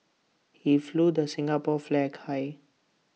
he flew the Singapore flag high